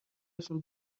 شون